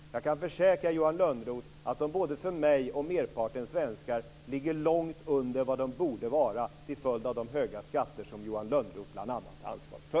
Men jag kan försäkra Johan Lönnroth att de både för mig och för merparten svenskar ligger långt under vad de borde vara till följd av de höga skatter som bl.a. Johan Lönnroth är ansvarig för.